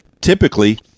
typically